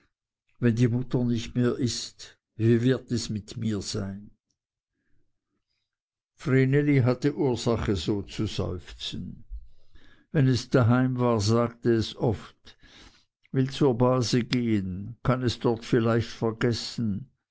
wenn die mutter nicht mehr ist wie wird es mir sein vreneli hatte vielfach ursache so zu seufzen wenn es daheim war so sagte es oft will zur base gehen kann es dort vielleicht vergessen